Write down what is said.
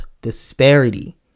disparity